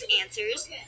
answers